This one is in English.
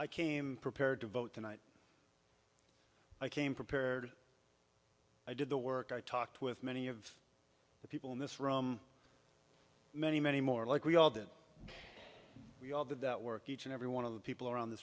i came prepared to vote tonight i came prepared i did the work i talked with many of the people in this room many many more like we all did we all did that work each and every one of the people around th